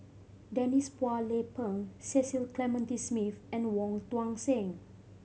Denise Phua Lay Peng Cecil Clementi Smith and Wong Tuang Seng